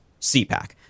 CPAC